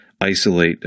isolate